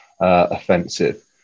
offensive